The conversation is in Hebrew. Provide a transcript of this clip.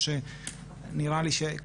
כלומר כל הכוונות של האלימות.